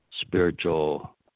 spiritual